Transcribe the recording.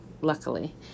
luckily